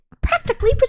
practically